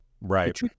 Right